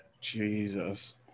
jesus